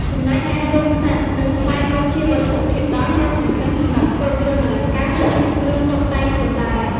ចំណែកឯរោមសត្វ និងស្បែកក៏ជាវត្ថុធាតុដើមដ៏សំខាន់សម្រាប់ធ្វើគ្រឿងអលង្ការ ឬគ្រឿងតុបតែងខ្លួនដែរ។